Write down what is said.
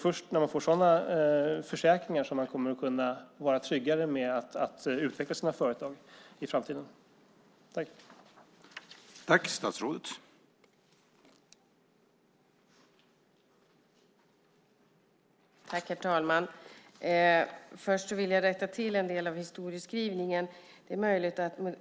Först när de får sådana försäkringar kommer de att kunna känna sig tryggare med att utveckla sina företag i framtiden.